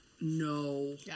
No